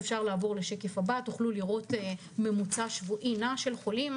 בשקף הבא תוכלו לראות ממוצע שבועי נע של חולים.